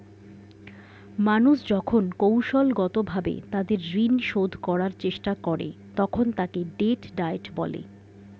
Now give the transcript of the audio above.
মানুষ যখন কৌশলগতভাবে তাদের ঋণ শোধ করার চেষ্টা করে, তখন তাকে ডেট ডায়েট বলে